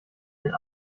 den